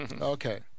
Okay